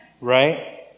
right